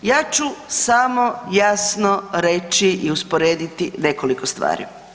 Ja ću samo jasno reći i usporediti nekoliko stvari.